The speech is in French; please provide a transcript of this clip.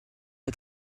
est